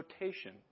rotation